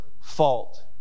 fault